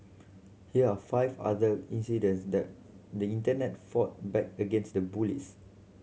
here are five other incidents the the Internet fought back against the bullies